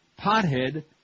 pothead